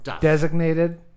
Designated